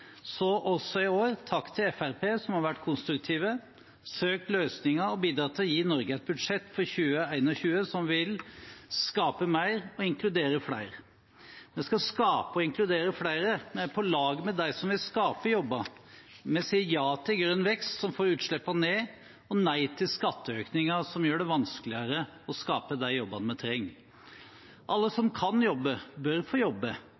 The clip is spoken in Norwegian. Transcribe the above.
Så også i år: Takk til Fremskrittspartiet som har vært konstruktive, søkt løsninger og bidratt til å gi Norge et budsjett for 2021. Vi skal skape mer og inkludere flere. Vi er på lag med dem som vil skape jobber. Vi sier ja til grønn vekst som får utslippene ned, og nei til skatteøkninger som gjør det vanskeligere å skape de jobbene vi trenger. Alle som kan jobbe, bør få jobbe.